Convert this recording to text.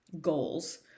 goals